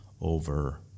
over